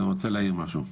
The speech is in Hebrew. אז אני רוצה להעיר משהו.